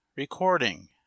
Recording